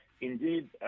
indeed